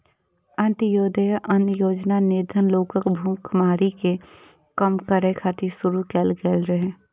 अंत्योदय अन्न योजना निर्धन लोकक भुखमरी कें कम करै खातिर शुरू कैल गेल रहै